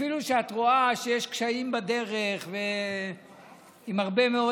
אתה פרקליט מדינה, תתמקד בתפקיד שלך